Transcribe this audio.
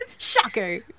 Shocker